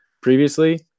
previously